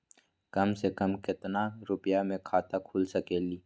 कम से कम केतना रुपया में खाता खुल सकेली?